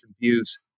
views